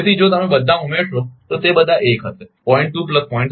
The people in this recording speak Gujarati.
તેથી જો તમે બધા ઉમેરશો તો તે બધા 1 હશે 0